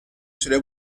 süre